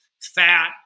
fat